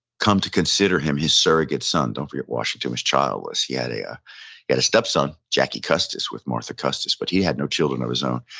come to consider him his surrogate son, don't forget washington was childless. he had a ah yeah step-son, jackie custis, with martha custis, but he had no children of his own.